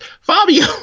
Fabio